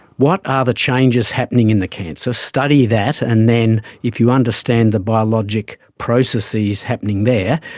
what are the changes happening in the cancer, study that, and then if you understand the biologic processes happening there,